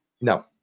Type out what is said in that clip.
No